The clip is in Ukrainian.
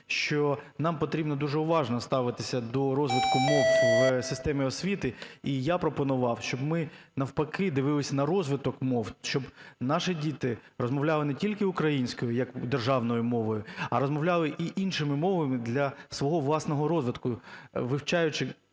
що нам потрібно дуже уважно ставитися до розвитку мов в системі освіти. І я пропонував, щоб ми навпаки дивилися на розвиток мов, щоб наші діти розмовляли не тільки українською як державною мовою, а розмовляли і іншими мовами для свого власного розвитку, вивчаючи